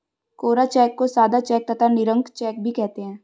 कोरा cheque को सादा cheque तथा निरंक चेक भी कहते हैं